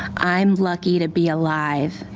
i'm lucky to be alive.